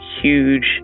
huge